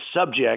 subject